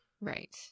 Right